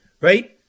right